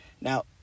Now